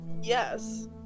yes